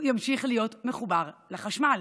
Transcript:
והוא ימשיך להיות מחובר לחשמל.